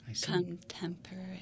Contemporary